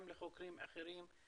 גם לחוקרים אחרים,